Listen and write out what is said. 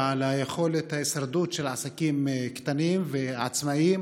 ועל יכולת ההישרדות של עסקים קטנים ועצמאים,